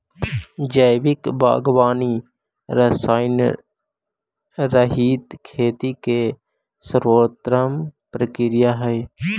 जैविक बागवानी रसायनरहित खेती के सर्वोत्तम प्रक्रिया हइ